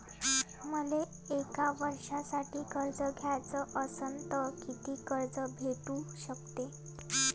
मले एक वर्षासाठी कर्ज घ्याचं असनं त कितीक कर्ज भेटू शकते?